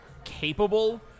capable